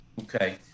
Okay